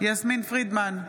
יסמין פרידמן,